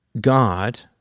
God